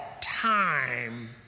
time